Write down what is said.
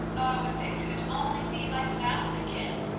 oh, if it could only be like that again!